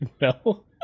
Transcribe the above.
No